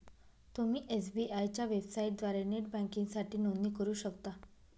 तुम्ही एस.बी.आय च्या वेबसाइटद्वारे नेट बँकिंगसाठी नोंदणी करू शकता